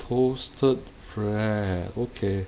toasted bread okay